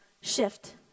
Shift